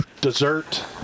dessert